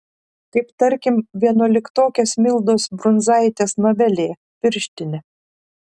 kaip tarkim vienuoliktokės mildos brunzaitės novelėje pirštinė